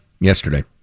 yesterday